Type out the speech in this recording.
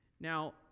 Now